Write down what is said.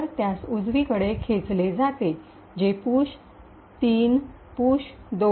तर त्यास उजवीकडे खेचले जाते जे पुश 3 पुश 2 आणि पुश 1